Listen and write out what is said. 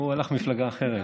הוא הלך למפלגה אחרת.